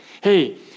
Hey